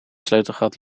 sleutelgat